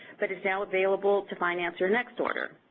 but it's now available to finance your next order.